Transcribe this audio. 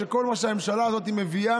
שכל מה שהממשלה הזאת מביאה,